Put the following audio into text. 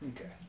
okay